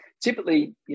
Typically